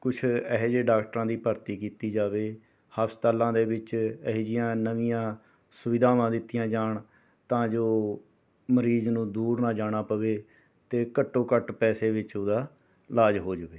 ਕੁਛ ਐਹੇ ਜੇ ਡਾਕਟਰਾਂ ਦੀ ਭਰਤੀ ਕੀਤੀ ਜਾਵੇ ਹਸਪਤਾਲਾਂ ਦੇ ਵਿੱਚ ਐਹਜੀਆਂ ਨਵੀਆਂ ਸੁਵਿਧਾਵਾਂ ਦਿੱਤੀਆਂ ਜਾਣ ਤਾਂ ਜੋ ਮਰੀਜ਼ ਨੂੰ ਦੂਰ ਨਾ ਜਾਣਾ ਪਵੇ ਅਤੇ ਘੱਟੋ ਘੱਟ ਪੈਸੇ ਵਿੱਚ ਉਹਦਾ ਇਲਾਜ ਹੋ ਜਾਵੇ